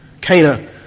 Cana